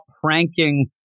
pranking